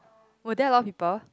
where there a lot of people